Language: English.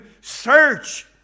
search